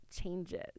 changes